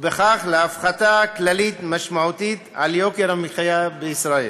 ובכך להפחתה כללית משמעותית של יוקר המחיה בישראל.